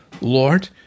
Lord